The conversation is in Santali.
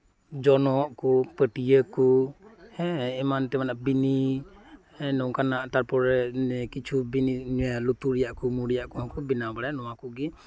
ᱡᱚᱱᱚᱜ ᱠᱚ ᱯᱟᱹᱴᱭᱟᱹ ᱠᱚ ᱦᱮᱸ ᱮᱢᱟᱱ ᱛᱮᱢᱟᱱᱟᱜ ᱵᱤᱱᱤ ᱦᱮᱸ ᱱᱚᱝᱠᱟᱱᱟᱜ ᱯᱩᱨᱟᱹ ᱠᱤᱪᱷᱩ ᱵᱤᱱᱤ ᱞᱩᱛᱩᱨ ᱨᱮᱱᱟᱜ ᱢᱩ ᱨᱮᱱᱟᱜ ᱠᱚᱦᱚᱸ ᱠᱩ ᱵᱮᱱᱟᱣ ᱵᱟᱲᱟᱭᱟ ᱱᱚᱣᱟ ᱠᱚᱜᱤ